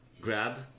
grab